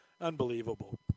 Unbelievable